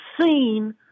seen